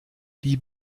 die